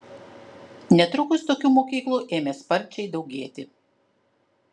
netrukus tokių mokyklų ėmė sparčiai daugėti